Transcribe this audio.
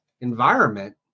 environment